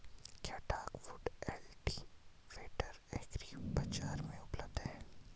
क्या duck foot cultivator agri बाज़ार में उपलब्ध है?